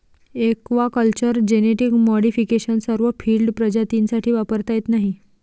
aquaculture genetic modification सर्व field प्रजातींसाठी वापरता येत नाही